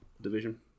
division